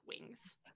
wings